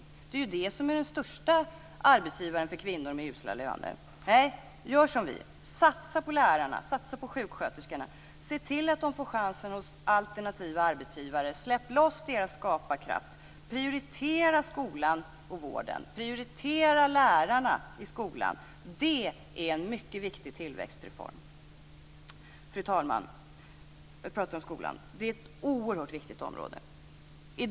Det är ju kommuner och landsting som är den största arbetsgivaren för kvinnor med usla löner. Nej, gör som vi, satsa på lärarna och sjuksköterskorna. Släpp loss deras skaparkraft. Prioritera skolan och vården. Prioritera lärarna i skolan. Det är en mycket viktig tillväxtreform. Fru talman! Skolan är ett oerhört viktigt område.